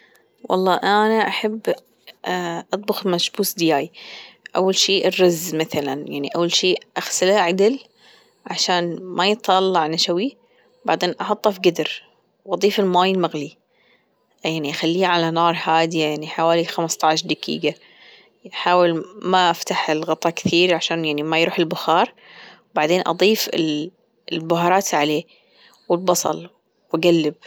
والله أنا أحب اطبخ المشبوس دياي أول شي الرز مثلا يعني أول شي أغسله عدل عشان ما يطلع نشوي بعدين أحطه في جدر وأضيف الماي المغلي يعني أخليه على نار هادية يعني حوالي خمسطاش دجيجة أحاول ما أفتح الغطا كثير عشان يعني ما يروح البخار بعدين أضيف البهارات عليه والبصل وأجلب.